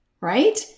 Right